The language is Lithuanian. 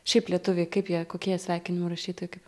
šiaip lietuviai kaip jie kokie jie sveikinimų rašytojai kaip